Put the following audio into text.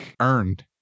earned